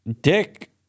Dick